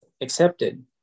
accepted